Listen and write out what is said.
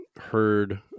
heard